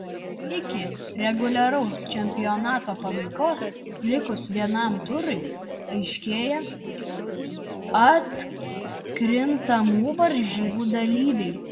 iki reguliaraus čempionato pabaigos likus vienam turui aiškėja atkrintamų varžybų dalyviai